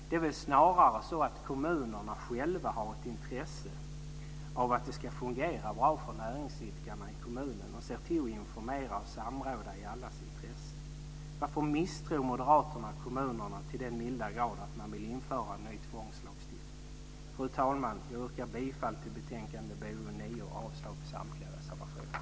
Det är väl snarare så att kommunerna själva har ett intresse av att det ska fungera bra för näringsidkarna i kommunen och se till att informera och samråda i allas intresse. Varför misstror moderaterna kommunerna till den milda grad att de vill införa ny tvångslagstiftning? Fru talman! Jag yrkar bifall till utskottets förslag i betänkande BoU9 och avslag på samtliga reservationer.